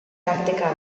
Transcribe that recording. tarteka